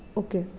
okay